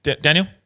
Daniel